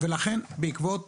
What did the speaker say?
ולכן בעקבות